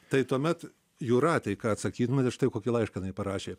tai tuomet jūratei ką atsakytumėte štai kokį laišką parašė